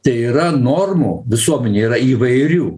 tai yra normų visuomenėj yra įvairių